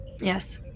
Yes